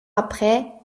après